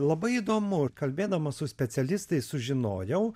labai įdomu kalbėdamas su specialistais sužinojau